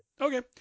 Okay